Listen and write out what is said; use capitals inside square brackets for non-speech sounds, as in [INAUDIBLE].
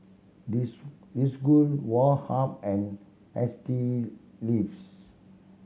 [UNINTELLIGIBLE] Desigual Woh Hup and S T Ives